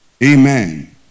Amen